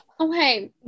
okay